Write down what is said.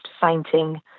fainting